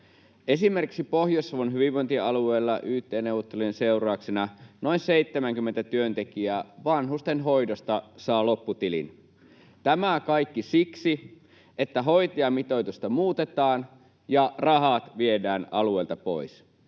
Esimerkiksi Pohjois-Savon hyvinvointialueella yt-neuvottelujen seurauksena noin 70 työntekijää vanhustenhoidosta saa lopputilin. Tämä kaikki siksi, että hoitajamitoitusta muutetaan ja rahat viedään alueilta pois.